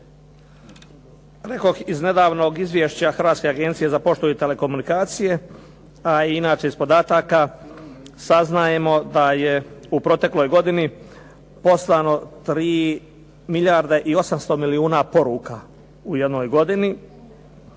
Rekoh iz nedavnog izvješća Hrvatske agencije za poštu i telekomunikacije, a i inače iz podataka saznajemo da je u protekloj godini poslano 3 milijarde i 800 milijuna poruka u jednoj godini,